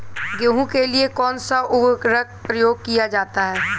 गेहूँ के लिए कौनसा उर्वरक प्रयोग किया जाता है?